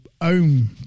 own